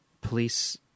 police